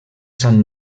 sant